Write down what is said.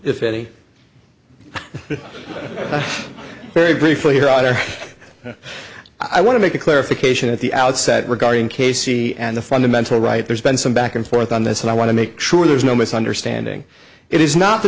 mister very briefly here either i want to make a clarification at the outset regarding casey and the fundamental right there's been some back and forth on this and i want to make sure there's no misunderstanding it is not the